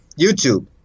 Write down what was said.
YouTube